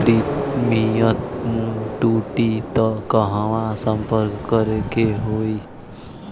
Premium टूटी त कहवा सम्पर्क करें के होई?